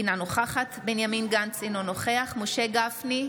אינה נוכחת בנימין גנץ, אינו נוכח משה גפני,